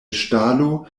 ŝtalo